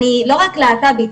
אני לא רק להט"בית,